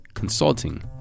consulting